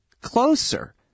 closer